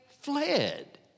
fled